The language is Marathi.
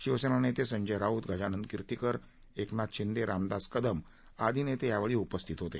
शिवसेना नेते संजय राऊत गजानन किर्तीकर एकनाथ शिंदे रामदास कदम आदी नेते यावेळी उपस्थित होते